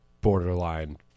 borderline